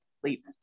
sleep